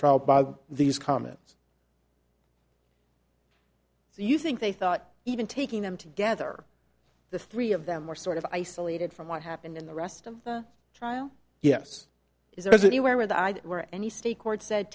trial by these comments so you think they thought even taking them together the three of them were sort of isolated from what happened in the rest of the trial yes is there is anywhere with i'd where any state court said